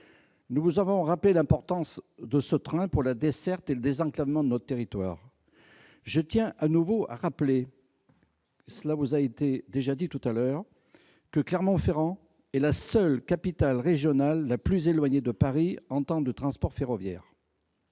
Nous vous avons rappelé l'importance de cette ligne pour la desserte et le désenclavement de notre territoire. Je tiens de nouveau à rappeler, comme cela vous a déjà été dit, que Clermont-Ferrand est la capitale régionale la plus éloignée de Paris en temps de transport ferroviaire.